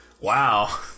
Wow